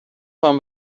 خوام